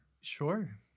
Sure